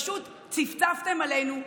פשוט צפצפתם עלינו,